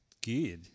Good